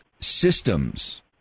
systems